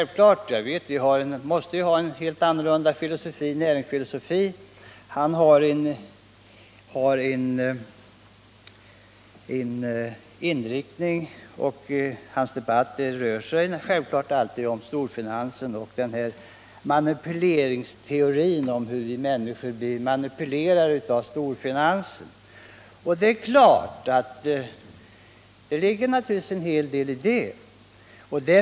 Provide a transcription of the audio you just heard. Vi har helt olika näringslivsfilosofier. Hans debatt gäller den här manipuleringsteorin, och han talar om hur vi människor blir manipulerade av storfinansen. Det ligger naturligtvis en hel del i det.